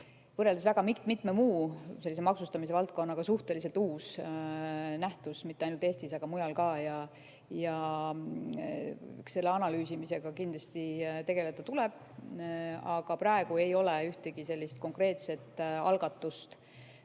võrreldes väga mitme muu maksustamise valdkonnaga suhteliselt uus nähtus mitte ainult Eestis, vaid ka mujal ja eks selle analüüsimisega kindlasti tegeleda tuleb. Aga praegu küll ei ole ühtegi sellist konkreetset algatust,